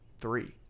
three